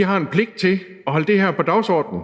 – har en pligt til at holde det her på dagsordenen.